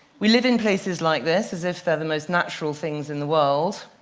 we live in places like this as if they're the most natural things in the world,